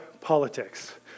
politics